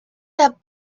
their